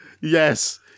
Yes